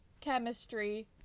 chemistry